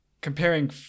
Comparing